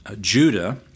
Judah